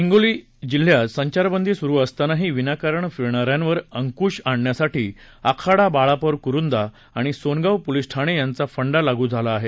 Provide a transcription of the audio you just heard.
हिंगोली संचारबंदी सुरू असतानाही विनाकारण फिरणाऱ्यांवर अंकूश आणण्यासाठी आखाडा बाळापूर कुरुंदा आणि सेनगाव पोलीस ठाणे यांचा फंडा लागू झाला आहे